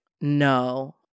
no